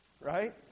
Right